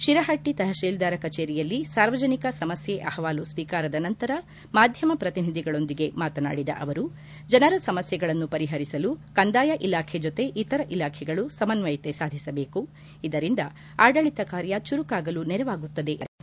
ಶಿರಹಟ್ಟ ತಹಶೀಲ್ದಾರ ಕಚೇರಿಯಲ್ಲಿ ಸಾರ್ವಜನಿಕ ಸಮಸ್ಯೆ ಅಹವಾಲು ಸ್ತೀಕಾರದ ನಂತರ ಮಾಧ್ಯಮ ಪ್ರತಿನಿಧಿಗಳೊಂದಿಗೆ ಮಾತನಾಡಿದ ಅವರು ಜನರ ಸಮಸ್ಥೆಗಳನ್ನು ಪರಿಹರಿಸಲು ಕಂದಾಯ ಇಲಾಖೆ ಜೊತೆ ಇತರ ಇಲಾಖೆಗಳ ಸಮನ್ನಯತೆ ಸಾಧಿಸಬೇಕು ಇದರಿಂದ ಆಡಳಿತ ಕಾರ್ಯ ಚುರುಕಾಗಲು ನೆರವಾಗುತ್ತದೆ ಎಂದು ಹೇಳಿದ್ದಾರೆ